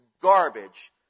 garbage